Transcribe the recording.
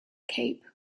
cape